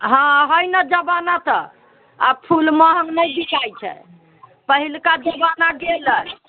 हँ हइ ने जमाना तऽ आब फूल महग नहि बिकाइत छै पहिलका जमाना गेलै